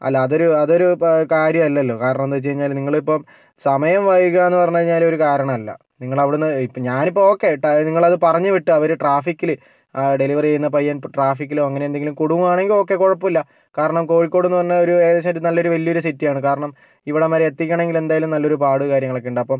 അല്ല അതൊരു അതൊരു കാര്യം അല്ലല്ലോ കാരണം എന്താന്ന് വെച്ച് കഴിഞ്ഞാല് നിങ്ങള് ഇപ്പം സമയം വൈകുക എന്ന് പറഞ്ഞ് കഴിഞ്ഞാല് ഒരു കാരണമല്ല നിങ്ങളുടെ അവിടുന്ന് ഞാനിപ്പം ഓകെ ടൈ നിങ്ങളത് പറഞ്ഞ് വിട്ടവര് ട്രാഫിക്കില് ഡെലിവറി ചെയ്യുന്ന പയ്യൻ ഇപ്പം ട്രാഫിക്കിലോ അങ്ങനെ എന്തെങ്കിലും കുടുങ്ങുകയാണെങ്കില് ഓക്കെ കുഴപ്പമില്ല കാരണം കോഴിക്കോട് നിന്ന് വന്ന ഒരു ഏകദേശം ഒരു നല്ലൊരു വലിയ ഒരു സിറ്റി ആണ് കാരണം ഇവിടം വരെ എത്തിക്കണമെങ്കില് എന്തായാലും നല്ലൊരു പാട് കാര്യങ്ങളൊക്കെ ഉണ്ട് അപ്പം